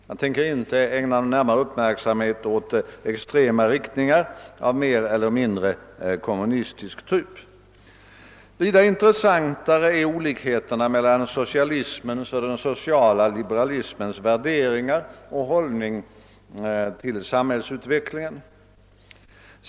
Jag tänker inte ägna någon närmare uppmärksamhet åt extrema riktningar av mer eller mindre kommunistisk typ. Vida intressantare är olikheterna mellan socialismens och den sociala liberalismens värderingar och hållning till samhällsutvecklingen.